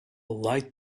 light